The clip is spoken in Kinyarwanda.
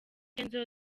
kenzo